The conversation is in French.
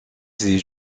ses